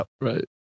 Right